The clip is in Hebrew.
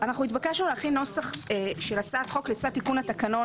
התבקשנו להכין נוסח של הצעת חוק לצד תיקון התקנון